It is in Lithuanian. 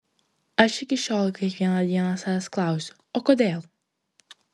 aš iki šiol kiekvieną dieną savęs klausiu o kodėl